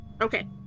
Okay